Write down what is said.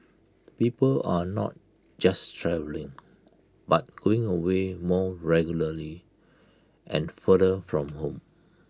people are not just travelling but going away more regularly and farther from home